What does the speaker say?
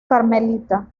carmelita